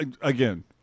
Again